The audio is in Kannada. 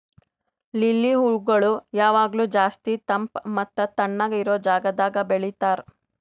ಲಿಲ್ಲಿ ಹೂಗೊಳ್ ಯಾವಾಗ್ಲೂ ಜಾಸ್ತಿ ತಂಪ್ ಮತ್ತ ತಣ್ಣಗ ಇರೋ ಜಾಗದಾಗ್ ಬೆಳಿತಾರ್